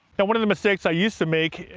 now, one of the mistakes i used to make,